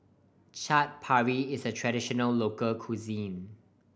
Chaat Papri is a traditional local cuisine